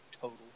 total